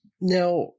Now